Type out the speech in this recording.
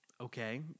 Okay